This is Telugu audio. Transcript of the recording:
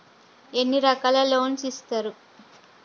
ఎన్ని రకాల లోన్స్ ఇస్తరు?